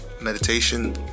meditation